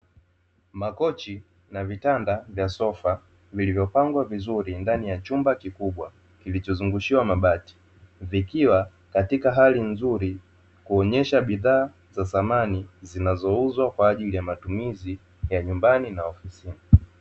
Makochi na vitanda vya sofa, vilivyopangwa vizuri ndani ya chumba kikubwa kilichozungushiwa mabati. Vikiwa katika hali nzuri kuonyesha bidhaa za samani zinazouzwa kwa ajili ya matumizi ya nyumbani na ofisini.